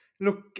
Look